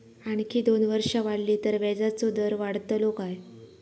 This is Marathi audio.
आणखी दोन वर्षा वाढली तर व्याजाचो दर वाढतलो काय?